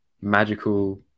magical